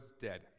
dead